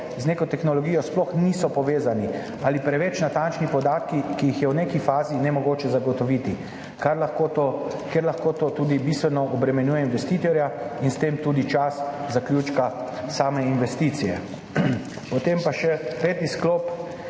z neko tehnologijo sploh niso povezani, ali preveč natančni podatki, ki jih je v neki fazi nemogoče zagotoviti, ker lahko to tudi bistveno obremenjuje investitorja in s tem tudi čas zaključka same investicije. Potem pa še peti sklop,